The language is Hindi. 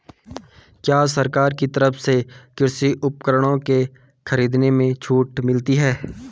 क्या सरकार की तरफ से कृषि उपकरणों के खरीदने में छूट मिलती है?